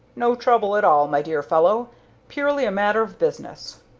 no trouble at all, my dear fellow purely a matter of business.